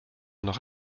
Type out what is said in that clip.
noch